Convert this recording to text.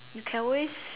you can always